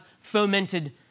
fomented